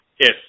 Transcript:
Yes